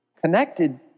connected